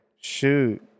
Shoot